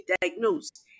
diagnosed